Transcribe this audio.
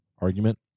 argument